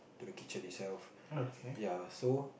to the kitchen itself ya so